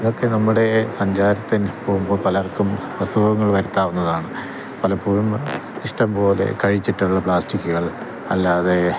ഇതൊക്കെ നമ്മുടെ സഞ്ചാരത്തിന് പോവുമ്പോള് പലർക്കും അസുഖങ്ങൾ വരുത്താവുന്നതാണ് പലപ്പോഴും ഇഷ്ടംപോലെ കഴിച്ചിട്ടുള്ള പ്ലാസ്റ്റിക്കുകൾ അല്ലാതെ